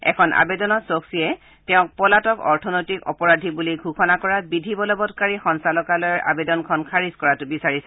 এখন আৱেদনত চ'ক্সীয়ে তেওঁক পলাতক অৰ্থনৈতিক অপৰাধী বুলি ঘোষণা কৰা বিধি বলৱৎকাৰী সঞ্চালকৰ আৱেদনখন খাৰিজ কৰাটো বিচাৰিছে